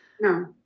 No